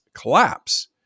collapse